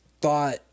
thought